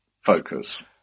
focus